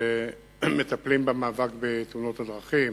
שמטפלים במאבק בתאונות הדרכים.